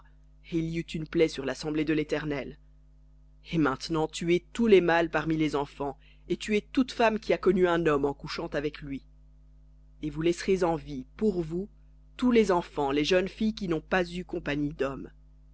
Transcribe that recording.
une plaie sur l'assemblée de léternel et maintenant tuez tous les mâles parmi les enfants et tuez toute femme qui a connu un homme en couchant avec lui et vous laisserez en vie pour vous tous les enfants les jeunes filles qui n'ont pas eu compagnie d'homme